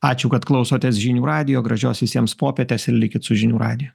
ačiū kad klausotės žinių radijo gražios visiems popietės ir likit su žinių radiju